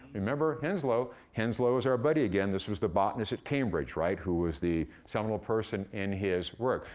remember henslow? henslow is our buddy again. this was the botanist at cambridge, right, who was the seminal person in his work.